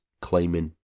claiming